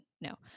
No